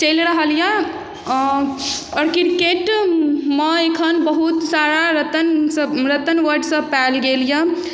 चलि रहल यऽ आओ आओर क्रिकेटमे एखन बहुत सारा रतन सभ रतन वर्ड सभ पायल गेल यऽ